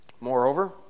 Moreover